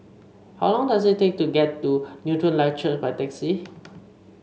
how long does it take to get to Newton Life Church by taxi